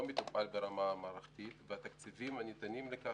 מטופל ברמה מערכתית והתקציבים הניתנים לכך,